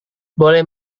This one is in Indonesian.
boleh